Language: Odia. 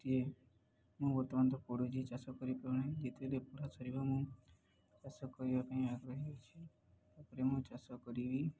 ସିଏ ମୁଁ ବର୍ତ୍ତମାନ ତ ପଢ଼ୁଛି ଚାଷ କରିପାରୁନାହିଁ ଯେତେବେରେ ପଢ଼ା ସରିବା ମୁଁ ଚାଷ କରିବା ପାଇଁ ଆଗ୍ରହୀ ଅଛି ତା'ପରେ ମୁଁ ଚାଷ କରିବି